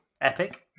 Epic